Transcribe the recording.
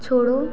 छोड़ो